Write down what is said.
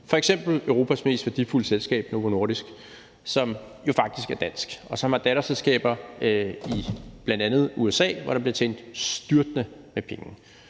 f.eks. Europas mest værdifulde selskab, Novo Nordisk, som jo faktisk er dansk, og som har datterselskaber i bl.a. USA, hvor der bliver tjent styrtende med penge.